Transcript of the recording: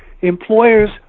employers